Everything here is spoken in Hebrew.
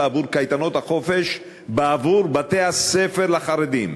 עבור קייטנות החופש בעבור בתי-הספר לחרדים.